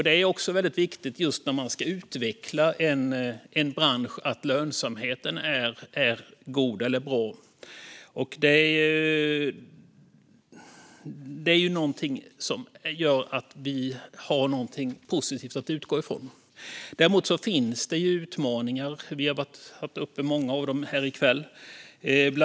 Det är väldigt viktigt när man ska utveckla en bransch att lönsamheten är god, och det gör att det finns något positivt att utgå från. Det finns också utmaningar, och många av dem har varit uppe här i kväll.